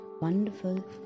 wonderful